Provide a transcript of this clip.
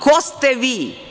Ko ste vi?